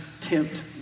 tempt